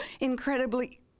incredibly